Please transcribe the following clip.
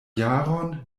jaron